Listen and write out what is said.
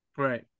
Right